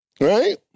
right